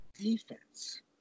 defense